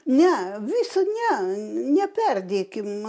ne visą ne neperdėkim